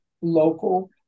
local